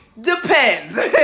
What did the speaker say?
depends